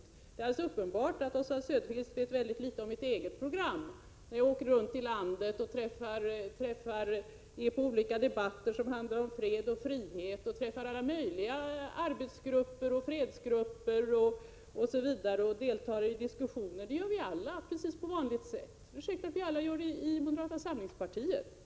Men det är alldeles uppenbart att Oswald Söderqvist vet väldigt litet om mitt eget program, när jag åker runt i landet och medverkar vid olika debatter som handlar om fred och frihet och träffar representanter för alla möjliga arbetsgrupper och fredsgrupper och deltar i diskussioner. Det gör vi alla på vanligt sätt. Jag är säker på att alla inom moderata samlingspartiet gör det.